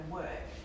work